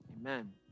Amen